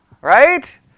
Right